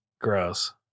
gross